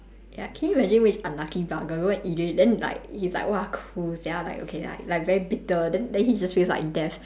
ya can you imagine which unlucky bugger go and eat it then like he's like !wah! cool sia like okay like like very bitter then then he just feels like death